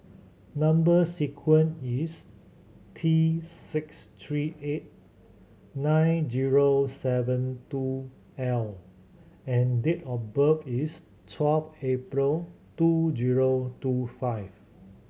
number sequence is T six three eight nine zero seven two L and date of birth is twelve April two zero two five